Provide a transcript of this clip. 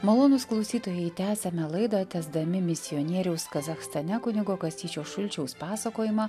malonūs klausytojai tęsiame laidą tęsdami misionieriaus kazachstane kunigo kastyčio šulčiaus pasakojimą